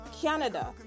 Canada